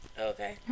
okay